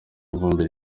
ivumbi